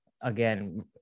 Again